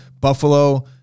Buffalo